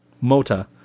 Mota